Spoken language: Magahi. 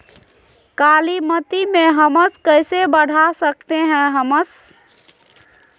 कालीमती में हमस कैसे बढ़ा सकते हैं हमस?